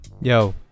yo